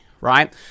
right